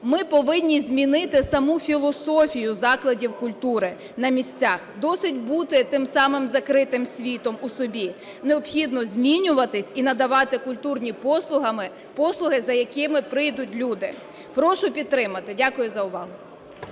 Ми повинні змінити саму філософію закладів культури на місцях. Досить бути тим самим закритим світом у собі. Необхідно змінюватись і надавати кульні послуги, за якими прийдуть люди. Прошу підтримати. Дякую за увагу.